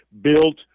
built